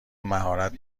مهارت